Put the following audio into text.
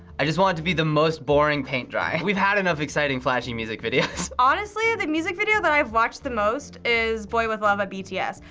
i just want it to be the most boring paint dry. we've had enough exciting, flashy music videos. honestly, ah the music video that i've watched the most is boy with luv by bts,